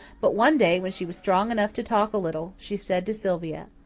but one day, when she was strong enough to talk a little, she said to sylvia,